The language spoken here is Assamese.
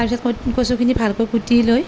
তাৰপিছত কচুখিনি ভালকৈ কুটি লৈ